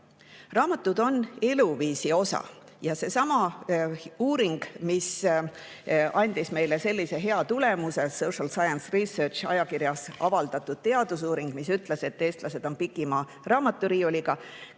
Raamatud on eluviisi osa ja seesama uuring, mis andis meile sellise hea tulemuse – ajakirjas Social Science Research avaldatud teadusuuring –, mis ütles, et eestlased on pikima raamaturiiuliga,